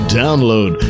download